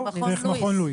מכון לואיס.